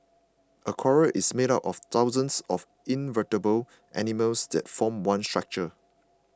a coral is made up of thousands of invertebrate animals that form one structure